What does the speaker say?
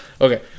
Okay